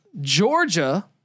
Georgia